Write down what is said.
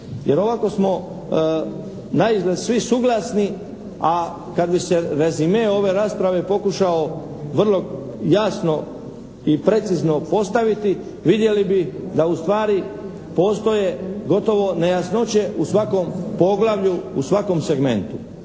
Jer ovako smo naizgled svi suglasni, a kad bi se rezime ove rasprave pokušao vrlo jasno i precizno postaviti vidjeli bi da ustvari postoje gotovo nejasnoće u svakom poglavlju, u svakom segmentu.